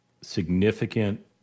significant